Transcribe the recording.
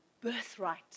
birthright